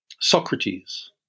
Socrates